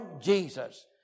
Jesus